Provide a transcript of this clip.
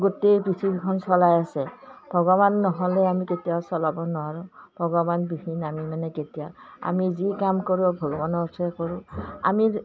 গোটেই পৃথিৱীখন চলাই আছে ভগৱান নহ'লে আমি কেতিয়াও চলাব নোৱাৰোঁ ভগৱানবিহীন আমি মানে কেতিয়া আমি যি কাম কৰোঁ ভগৱানৰ ওচৰতে কৰোঁ আমি